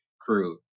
crew